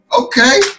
Okay